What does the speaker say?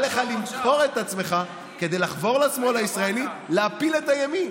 כדי להפיל את טיביבי.